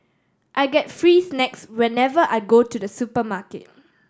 I get free snacks whenever I go to the supermarket